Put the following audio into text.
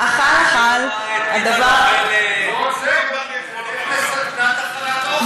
לא הצלחנו לעצור אותו.